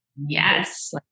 Yes